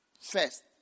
First